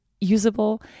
usable